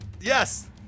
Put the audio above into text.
Yes